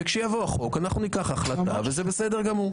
וכשיבוא החוק אנחנו ניקח החלטה וזה בסדר גמור.